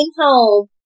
home